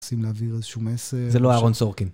עושים להעביר איזשהו מסר. זה לא אהרון סורקין.